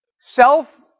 Self